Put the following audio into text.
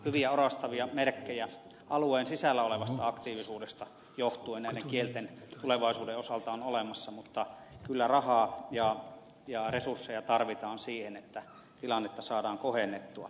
hyviä orastavia merkkejä alueen sisällä olevasta aktiivisuudesta johtuen näiden kielten tulevaisuuden osalta on olemassa mutta kyllä rahaa ja resursseja tarvitaan siihen että tilannetta saadaan kohennettua